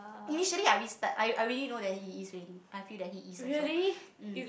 initially I risked I I already know that he is already I feel that he is also mm